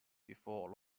before